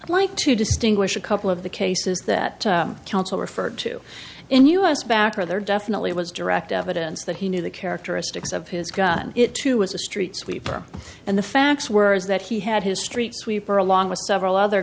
i'd like to distinguish a couple of the cases that counsel referred to in us back or there definitely was direct evidence that he knew the characteristics of his gun it too was a street sweeper and the facts were is that he had his street sweeper along with several other